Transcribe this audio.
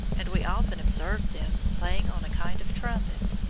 and we often observed them playing on a kind of trumpet.